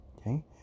Okay